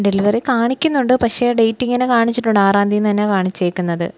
delivery കാണിക്കുന്നുണ്ട് പക്ഷേ date ഇങ്ങനെ കാണിച്ചിട്ടുണ്ട് ആറാം തീയതിയെന്ന് തന്നെയാണ് കാണിച്ചിരിക്കുന്നത്